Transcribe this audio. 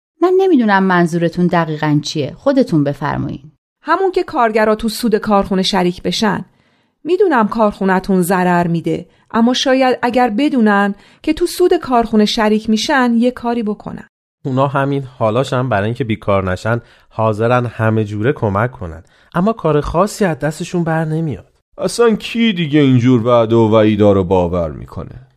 من نمی‌دونم منظورتون دقیقاً چیه. خودتون بفرمایین. همون که کارگرا تو سود کارخونه شریک بشن. می‌دونم کارخونه‌تون ضرر می‌ده، اما شاید اگر بدونن که تو سود کارخونه شریک می‌شن، یه کاری بکنن. اونا همین حالاشم برای اینکه بیکار نشن، حاضرن همه جوره کمک کنن. اما کار خاصی از دستشون بر نمیاد. اصلاً کی دیگه اینجور وعده و وعیدا رو باور می‌کنه؟